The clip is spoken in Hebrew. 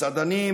מסעדנים,